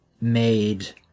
made